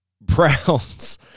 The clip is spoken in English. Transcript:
Browns